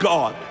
God